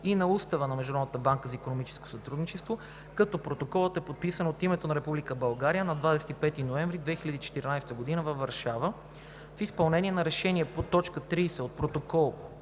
и на Устава на Международната банка за икономическо сътрудничество, като Протоколът е подписан от името на Република България на 25 ноември 2014 г. във Варшава в изпълнение на Решение по т. 30 от Протокол